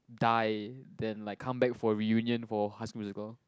die then like comeback for reunion for high-school-musical